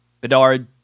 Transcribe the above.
Bedard